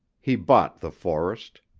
he bought the forest.